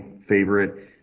favorite